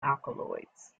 alkaloids